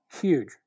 huge